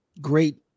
great